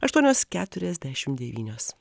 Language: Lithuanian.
aštuonios keturiasdešimt devynios